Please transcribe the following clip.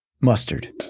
Mustard